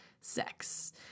sex